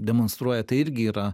demonstruoja tai irgi yra